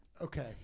okay